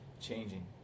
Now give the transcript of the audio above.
changing